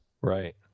Right